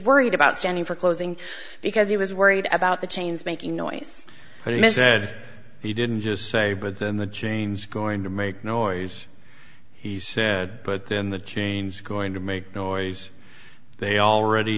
worried about standing for closing because he was worried about the chains making noise and he said he didn't just say but then the chains going to make noise he said but then the chains going to make noise they already